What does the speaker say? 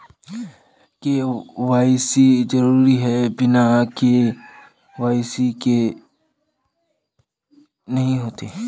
KYC जरुरी है बिना के.वाई.सी के नहीं होते?